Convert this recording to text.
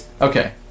Okay